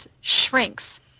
shrinks